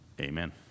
amen